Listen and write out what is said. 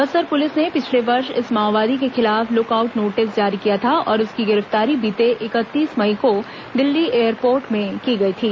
Bastar police ने पिछले वर्ष इस माओवादी के खिलाफ लुक आउट नोटिस जारी किया था और उसकी गिरफ्तारी बीते इकतीस मई को दिल्ली एयरपोर्ट की गई थी